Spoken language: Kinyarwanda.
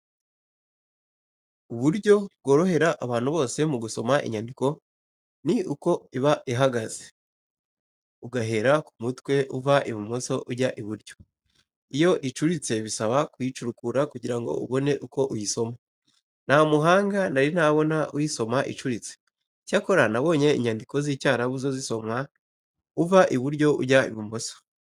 Uburyo bworohera abantu bose mu gusoma inyandiko ni uko iba ihagaze, ugahera ku mutwe, uva ibumoso ujya iburyo. Iyo icuritse bisaba kuyicurukura kugira ngo ubone uko uyisoma. Nta muhanga nari nabona uyisomo icuritse. Icyokora nabonye inyandiko z'Icyarabu zo zisomwa uva iburyo ujya ibumoso.